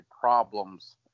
problems